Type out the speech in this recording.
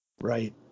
Right